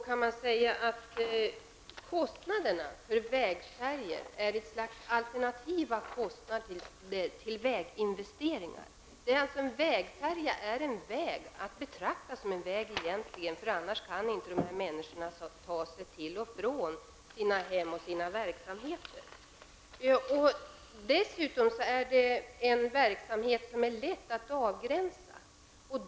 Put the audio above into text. Då kan man säga att kostnaderna för vägfärjorna är ett slags alternativa kostnader för väginvesteringarna. En vägfärja är att betrakta som en väg -- utan den kan de här människorna inte ta sig till och från sina hem och verksamheter. Dessutom är färjetrafiken en verksamhet som är lätt att avgränsa.